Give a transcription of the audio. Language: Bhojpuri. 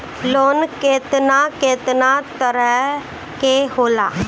लोन केतना केतना तरह के होला?